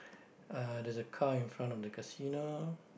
uh there's a car in front of the casino